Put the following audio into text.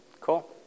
Cool